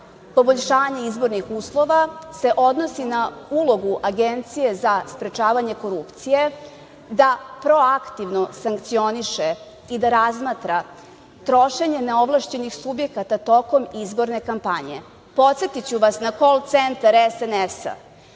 poboljšanje izbornih uslova, se odnosi na ulogu Agencije za sprečavanje korupcije da proaktivno sankcioniše i da razmatra trošenje neovlašćenih subjekata tokom izborne kampanje. Podsetiću vas na kol centar SNS-a,